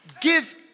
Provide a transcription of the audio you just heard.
give